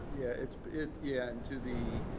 yeah. it's. yeah and to the.